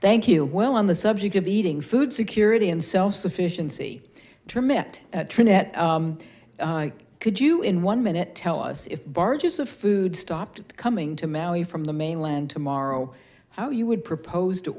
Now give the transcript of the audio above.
thank you well on the subject of eating food security and self sufficiency dream it could you in one minute tell us if barges of food stopped coming to maui from the mainland tomorrow how you would propose to